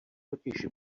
totiž